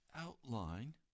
outline